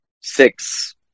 six